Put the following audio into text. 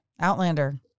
Outlander